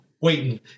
waiting